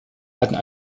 hatten